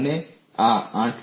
અને આ 8